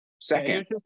Second